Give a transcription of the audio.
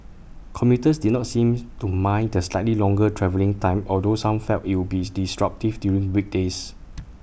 commuters did not seem to mind the slightly longer travelling time although some felt IT would be disruptive during weekdays